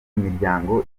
imiryango